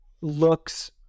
looks